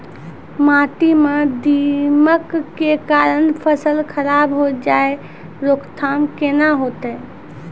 माटी म दीमक के कारण फसल खराब होय छै, रोकथाम केना होतै?